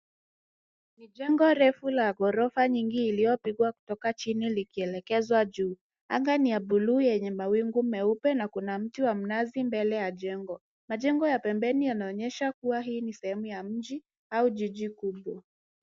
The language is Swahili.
Ni jengo refu la ghorofa nyingi iliyopigwa kutoka chini likielekezwa juu. Anga ni ya buluu yenye mawingu meupe na kuna mti wa mnazi mbele ya jengo. Majengo ya pembeni yanaonyesha kuwa hii ni sehemu ya mji au jiji kubwa.